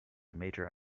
major